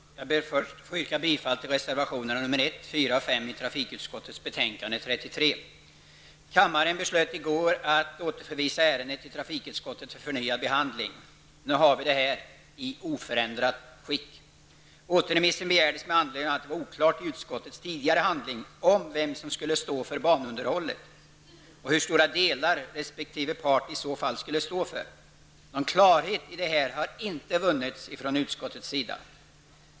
Herr talman! Jag ber först att få yrka bifall till reservationerna 1, 4 och 5 i trafikutskottets betänkande 33. Kammaren beslöt i går att återförvisa ärendet till trafikutskottet för förnyad behandling. Nu har vi det här igen i oförändrat skick. Återremissen begärdes med anledning av att det var oklart i utskottets tidigare handling om vem som skulle stå för banunderhållet och hur stora delar resp. part i så fall skall stå för. Någon klarhet i detta har inte vunnits från utskottets sida.